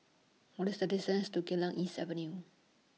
What IS The distance to Geylang East Avenue